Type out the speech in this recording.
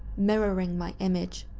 mirroring my image,